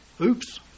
Oops